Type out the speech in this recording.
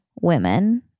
women